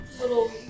Little